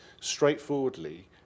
straightforwardly